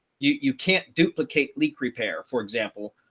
you you can't duplicate leak repair, for example,